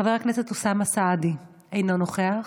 חבר הכנסת אוסאמה סעדי, אינו נוכח,